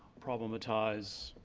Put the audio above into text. problematize,